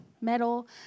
metal